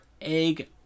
egg